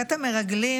חטא המרגלים